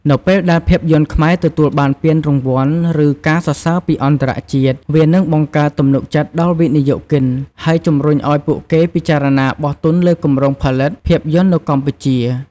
នៅពេលដែលភាពយន្តខ្មែរទទួលបានពានរង្វាន់ ឬការសរសើរពីអន្តរជាតិ វានឹងបង្កើតទំនុកចិត្តដល់វិនិយោគិន ហើយជំរុញឱ្យពួកគេពិចារណាបោះទុនលើគម្រោងផលិតភាពយន្តនៅកម្ពុជា។